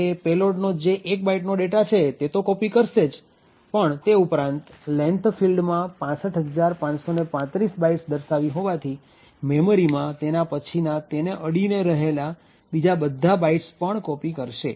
તે પેલોડનો જે ૧ બાઈટનો ડેટા છે તે તો કોપી કરશે જ પણ તે ઉપરાંત length ફિલ્ડમાં ૬૫૫૩૫ બાઇટ્સ દર્શાવી હોવાથી મેમરી માં તેના પછીના તેને અડીને રહેલા બીજા બધા બાઇટ્સ પણ કોપી કરશે